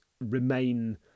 remain